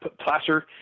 Placer